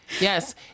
Yes